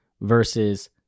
versus